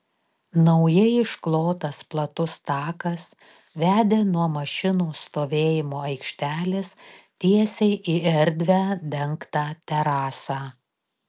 naujai išklotas platus takas vedė nuo mašinų stovėjimo aikštelės tiesiai į erdvią dengtą terasą